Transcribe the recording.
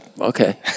okay